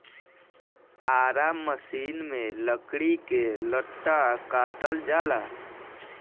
आरा मसिन में लकड़ी के लट्ठा काटल जाला